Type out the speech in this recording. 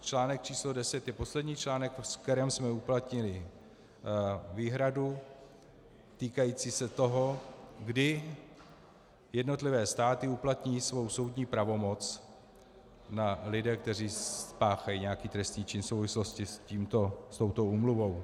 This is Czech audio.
Článek číslo deset je poslední článek, ve kterém jsme uplatnili výhradu týkající se toho, kdy jednotlivé státy uplatní svou soudní pravomoc na lidech, kteří spáchají nějaký trestný čin v souvislosti s touto úmluvou.